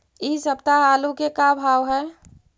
इ सप्ताह आलू के का भाव है?